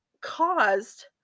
caused